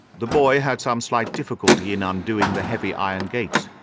the boy had some slight difficulty in undoing the heavy iron gates,